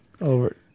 over